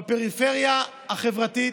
בפריפריה החברתית,